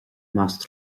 measc